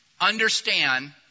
understand